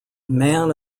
man